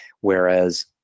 Whereas